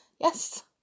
Yes